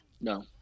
No